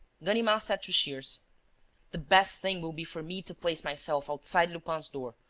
ganimard said to shears the best thing will be for me to place myself outside lupin's door,